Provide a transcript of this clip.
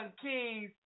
Kings